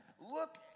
Look